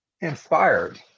inspired